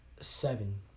seven